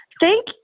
thank